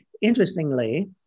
interestingly